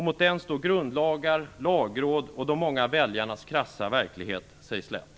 Mot den står grundlagar, lagråd och de många väljarnas krassa verklighet sig slätt.